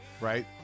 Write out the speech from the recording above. Right